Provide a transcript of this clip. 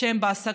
שכפי שכבר אמרתי,